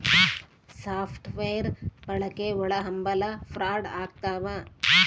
soft wear ಬಳಕೆ ಒಳಹಂಭಲ fraud ಆಗ್ತವ